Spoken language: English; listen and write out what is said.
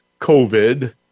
covid